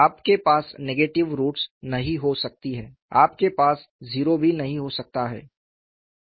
आपके पास negative roots नहीं हो सकती हैं आपके पास 0 भी नहीं हो सकता है